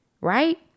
Right